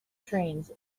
trains